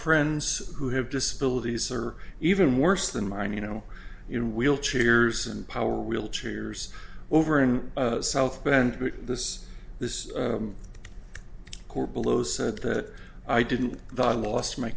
friends who have disabilities or even worse than mine you know in wheelchairs and power wheelchair years over in south bend but this this court below said that i didn't lost my